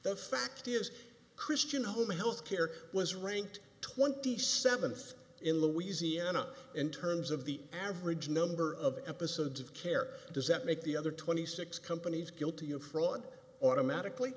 the fact is christian home health care was ranked twenty seventh in louisiana in terms of the average number of episodes of care does that make the other twenty six companies guilty of fraud automatically